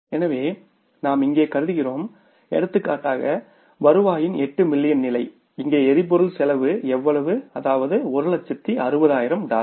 எனவே நாம் இங்கே கருதுகிறோம் எடுத்துக்காட்டாக வருவாயின் 8 மில்லியன் நிலை இங்கே எரிபொருள் செலவு எவ்வளவு அதாவது 160000 டாலர்கள்